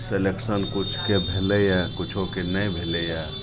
selection किछुके भेलैए किछुके नहि भेलैए